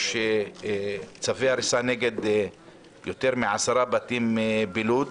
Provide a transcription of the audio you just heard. יש צווי הריסה נגד יותר מעשרה בתים בלוד.